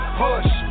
push